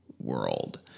world